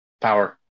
power